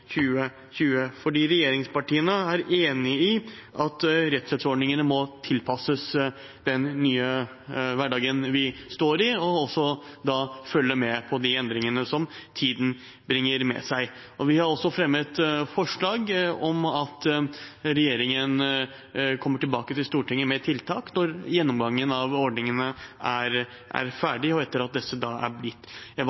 2020. Regjeringspartiene er enig i at rettshjelpsordningene må tilpasses den nye hverdagen vi står i, og også følge med når det gjelder de endringene som tiden bringer med seg. Vi har også fremmet forslag om at regjeringen kommer tilbake til Stortinget med tiltak når gjennomgangen av ordningene er ferdig, og etter at disse er